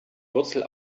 wurzel